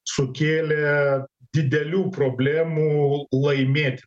sukėlė didelių problemų laimėti